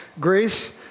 grace